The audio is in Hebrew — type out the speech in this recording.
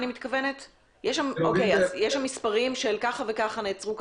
יש מספרים של ככה וככה נעצרו,